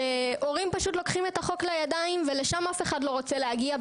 ושהורים פשוט לוקחים את החוק לידיים ולשם אף אחד לא רוצה להגיע,